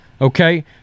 Okay